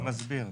אני מסביר.